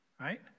right